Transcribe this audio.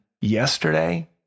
yesterday